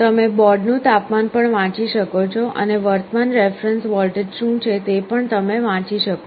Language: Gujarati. તમે બોર્ડનું તાપમાન પણ વાંચી શકો છો અને વર્તમાન રેફરન્સ વોલ્ટેજ શું છે તે પણ તમે વાંચી શકો છો